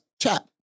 chat